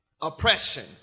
Oppression